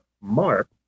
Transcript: Mark